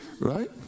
right